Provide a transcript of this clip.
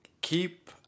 Keep